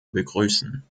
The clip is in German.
begrüßen